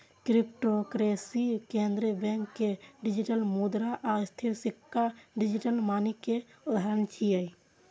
cryptocurrency, केंद्रीय bank के digital मुद्रा आ स्थिर सिक्का डिजिटल मनी के उदाहरण छियै